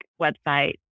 website